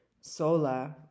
sola